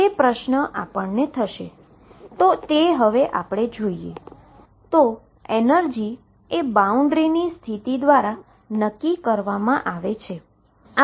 તેથીએનર્જી બાઉન્ડ્રીની સ્થિતિ દ્વારા નક્કી કરવામાં આવે છે